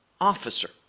officer